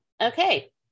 okay